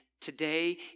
Today